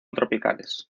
tropicales